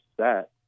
set